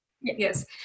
Yes